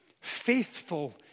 faithful